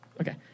Okay